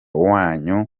wanyu